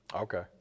Okay